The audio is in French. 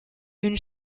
une